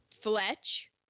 Fletch